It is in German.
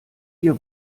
ihr